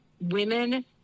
women